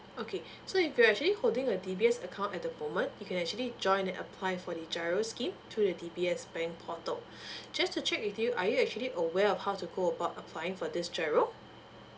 okay so if you are actually holding a D_B_S account at the moment you can actually join apply for the G_I_R_O scheme through the D_B_S bank portal just to check with you I actually aware of how to go about applying for this G_I_R_O